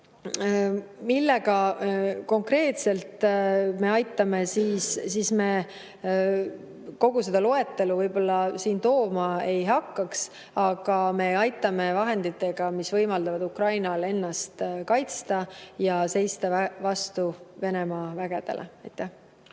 millega konkreetselt me aitame, ma kogu seda loetelu võib-olla siin tooma ei hakkaks, aga me aitame vahenditega, mis võimaldavad Ukrainal ennast kaitsta ja seista vastu Venemaa vägedele. Aitäh!